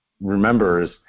remembers